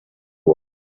was